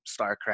StarCraft